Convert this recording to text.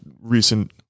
recent